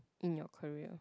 in your career